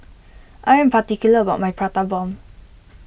I am particular about my Prata Bomb